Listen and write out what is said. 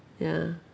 ya